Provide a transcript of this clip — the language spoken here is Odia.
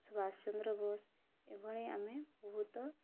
ସୁଭାଷ ଚନ୍ଦ୍ର ଭୋଷ ଏଭଳି ଆମେ ବହୁତ